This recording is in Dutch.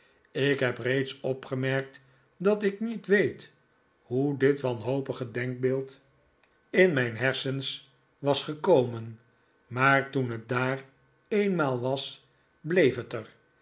ik heb reeds opgemerkt dat ik niet weet hoe dit wanhopige denkbeeld in mijn hersens was gekomen maar toen het daar eenmaal was bleef het er